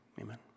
amen